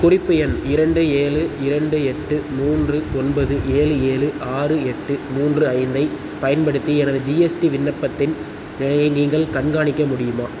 குறிப்பு எண் இரண்டு ஏழு இரண்டு எட்டு மூன்று ஒன்பது ஏழு ஏழு ஆறு எட்டு மூன்று ஐந்து ஐப் பயன்படுத்தி எனது ஜிஎஸ்டி விண்ணப்பத்தின் நிலையை நீங்கள் கண்காணிக்க முடியுமா